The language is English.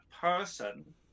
person